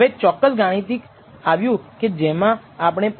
18 ગણા standard deviation જેને આપણે s β̂0 કહીએ છીએ